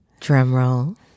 Drumroll